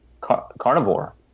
carnivore